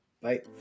Bye